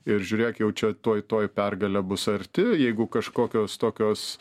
ir žiūrėk jau čia tuoj tuoj pergalė bus arti jeigu kažkokios tokios